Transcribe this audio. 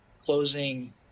closing